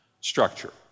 structure